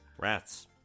rats